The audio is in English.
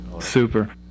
Super